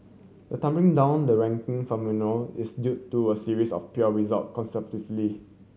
the tumbling down the ranking phenomenon is due to a series of pure result consecutively